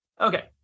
Okay